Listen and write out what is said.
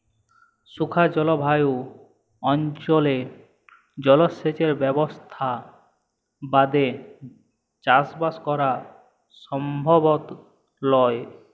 শুখা জলভায়ু অনচলে জলসেঁচের ব্যবসথা বাদে চাসবাস করা সমভব লয়